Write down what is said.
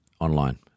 online